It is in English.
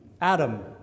Adam